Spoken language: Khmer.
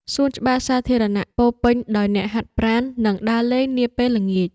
សួនច្បារសាធារណៈពោរពេញដោយអ្នកហាត់ប្រាណ និងដើរលេងនាពេលល្ងាច។